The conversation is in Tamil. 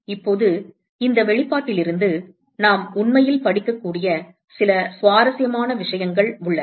இப்போது இந்த வெளிப்பாட்டிலிருந்து நாம் உண்மையில் படிக்கக்கூடிய சில சுவாரஸ்யமான விஷயங்கள் உள்ளன